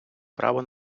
право